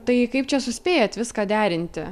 tai kaip čia suspėjat viską derinti